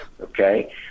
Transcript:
okay